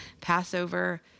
Passover